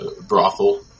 brothel